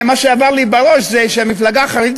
מה שעבר לי בראש זה שהמפלגה החרדית